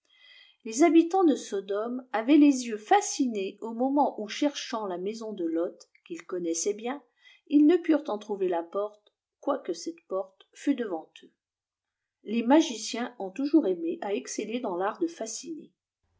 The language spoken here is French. fascination lesliabitants de sodôme avaient les yeux fascinés au moment où cherchant la maison de loth qu'ils connaissaient bien ils ne purent en trouver la porte quoique cette porte fut devant eux les magiciens ont toujours aimé à exceller dans tart de fasciner